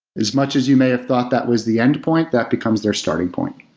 as much as you may have thought that was the endpoint, that becomes their starting point.